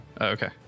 Okay